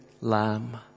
lamb